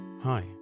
Hi